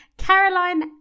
Caroline